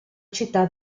città